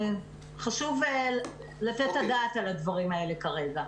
שחשוב לתת את הדעת על הדברים האלה כרגע.